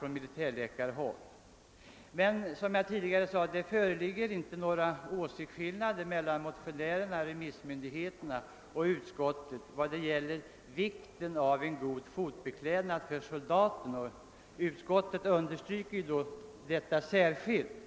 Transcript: Såsom jag tidigare nämnde föreligger det emellertid inte några åsiktsskillnader: mellan motionärerna, remissmyndigheterna och utskottet i vad gäller vikten av en god fotbeklädnad för soldaterna. Detta understryks också särskilt av utskottet.